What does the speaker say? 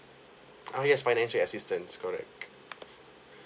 ah yes financial assistance correct